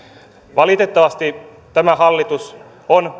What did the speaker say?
valitettavasti tämä hallitus on